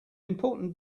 important